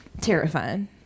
Terrifying